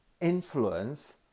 influence